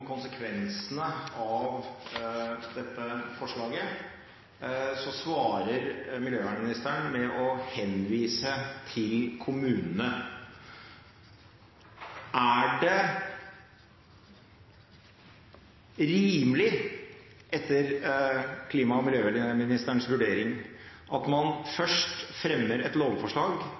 konsekvensene av dette forslaget, svarer miljøministeren med å henvise til kommunene. Er det rimelig, etter klima- og miljøministerens vurdering, at man